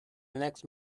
next